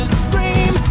scream